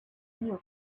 news